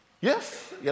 Yes